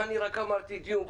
אני רק אמרתי: דיון,